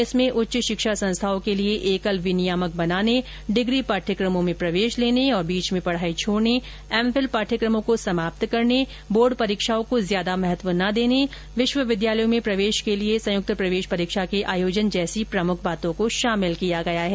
इसमें उच्च शिक्षा संस्थाओं के लिए एकल विनियामक बनाने डिग्री पाठ्यक्रमों में प्रवेश लेने और बीच में पढ़ाई छोड़ने एमफिल पाठ्यक्रमों को समाप्त करने बोर्ड परीक्षाओं को ज्यादा महत्व न देने विश्वविद्यालयों में प्रवेश के लिए संयुक्त प्रवेश परीक्षा के आयोजन जैसी प्रमुख बातों को शामिल किया गया है